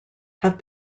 have